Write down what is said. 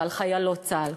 ועל חיילות צה"ל,